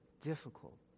difficult